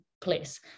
place